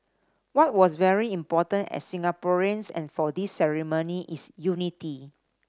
what was very important as Singaporeans and for this ceremony is unity